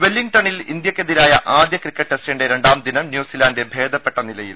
വെല്ലിംഗ്ടണിൽ ഇന്ത്യക്കെതിരായ ആദ്യ ക്രിക്കറ്റ് ടെസ്റ്റിന്റെ രണ്ടാം ദിനം ന്യൂസിലാൻഡ് ഭേദപ്പെട്ട നിലയിൽ